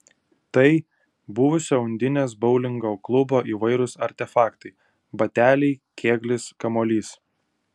tai buvusio undinės boulingo klubo įvairūs artefaktai bateliai kėglis kamuolys